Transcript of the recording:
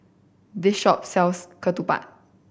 this shop sells Ketupat